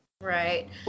Right